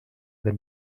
wenn